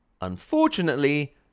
Unfortunately